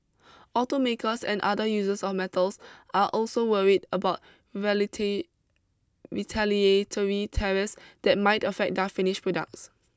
automakers and other users of the metals are also worried about tariffs that might affect their finished products